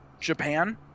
Japan